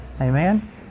Amen